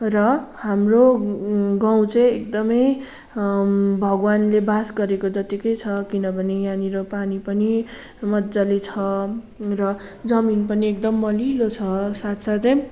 र हाम्रो गाउँ चाहिँ एकदमै भगवान्ले बास गरेको जत्तिकै छ किनभने यहाँनिर पानी पनि मजाले छ र जमिन पनि एकदम मलिलो छ साथसाथै